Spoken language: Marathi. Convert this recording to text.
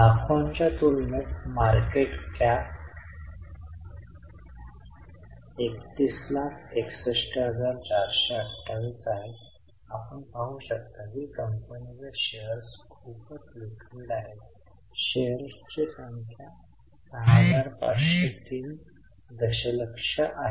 लाखोंच्या तुलनेत मार्केट कॅप 3161428 आहे आपण पाहू शकता की कंपनीचे शेअर्स खूपच लिक्विड आहेत शेअर्सची संख्या 6503 दशलक्ष आहे